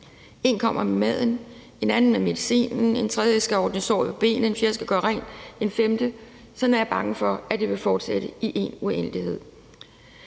En kommer med maden, en anden med medicinen, en tredje skal ordne såret på benet, en fjerde skal gøre rent, og sådan er jeg bange for det vil fortsætte i en uendelighed.